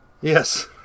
Yes